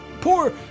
poor